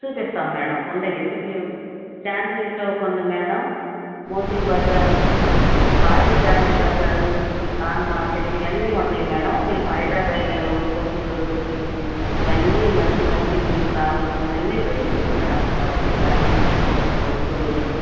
చూపిస్తాము మేడం ఉన్నాయి ఎందుకు లేవు చాందిని చౌక్ ఉంది మేడం మోతీ బజారు వాలీ గాలీ బజారు కార్న్ మార్కెట్ ఇవన్నీ ఉన్నాయి మేడం మీకు హైదరాబాదులో కోఠీలో దొరికేవి ఇవన్ని మంచి మంచివి మీకు కావాల్సినవన్నీ దొరుకుతాయి మేడం బట్టలకాడ్నుంచి వస్తువులు